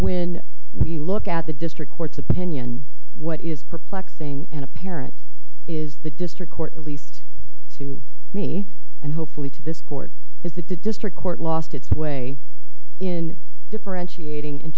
when we look at the district court's opinion what is perplexing and apparent is the district court at least to me and hopefully to this court is that the district court lost its way in differentiating in